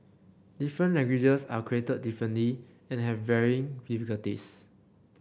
different languages are created differently and have varying difficulties